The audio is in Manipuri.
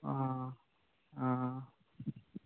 ꯑꯥ ꯑꯥ